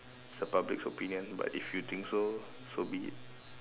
it's a public's opinion but if you think so so be it